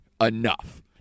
enough